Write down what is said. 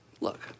look